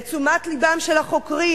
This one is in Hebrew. לתשומת לבם של החוקרים,